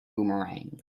boomerang